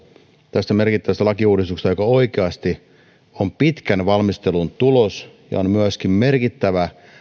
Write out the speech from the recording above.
tästä merkittävästä lakiuudistuksesta joka oikeasti on pitkän valmistelun tulos ja on myöskin merkittävä